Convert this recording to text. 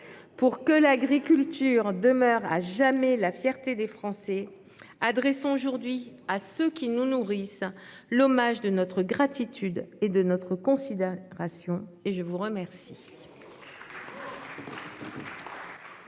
Pour que l'agriculture demeure à jamais la fierté des Français, adressons aujourd'hui à ceux qui nous nourrissent l'hommage de notre gratitude et de notre considération. La parole